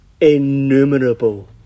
innumerable